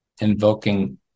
invoking